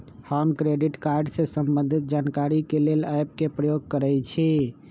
हम credit card से संबंधित जानकारी के लेल एप के प्रयोग करइछि